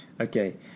okay